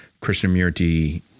Krishnamurti